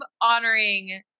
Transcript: honoring